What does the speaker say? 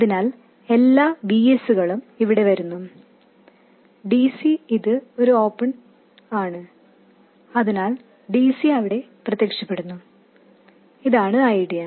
അതിനാൽ എല്ലാ Vs കളും ഇവിടെ വരുന്നു dc ഒരു ഓപ്പൺ ആണ് അതിനാൽ dc അവിടെ പ്രത്യക്ഷപ്പെടുന്നു ഇതാണ് ഐഡിയ